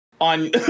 on